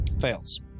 Fails